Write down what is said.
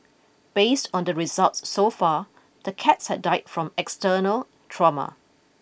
based on the results so far the cats had died from external trauma